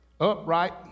upright